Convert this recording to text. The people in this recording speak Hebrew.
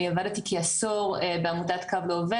אני עבדתי כעשור בעמותת "קו לעובד",